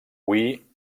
hui